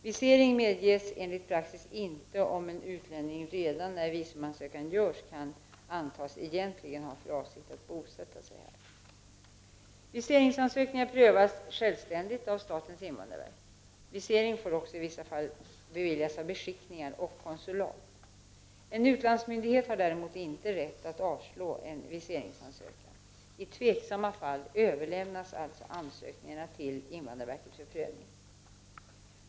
Visering medges enligt praxis inte, om en utlänning redan när visumansökan görs kan antas egentligen ha för avsikt att bosätta sig här. Viseringsansökningar prövas självständigt av statens invandrarverk. Visering får också i vissa fall beviljas av beskickningar och konsulat. En utlandsmyndighet har däremot inte rätt att avslå en viseringsansökan. I tveksamma fall överlämnas alltså ansökningarna till invandrarverket för prövning.